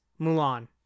mulan